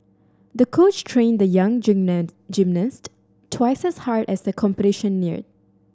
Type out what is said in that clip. the coach trained the young gymnast twice as hard as the competition neared